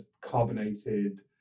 carbonated